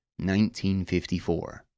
1954